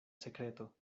sekreto